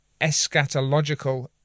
eschatological